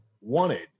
wanted